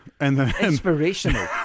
Inspirational